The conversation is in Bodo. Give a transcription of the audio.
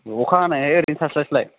अखा हानायखाय ओरैनो थास्लायस्लाय